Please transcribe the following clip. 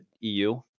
EU